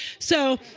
so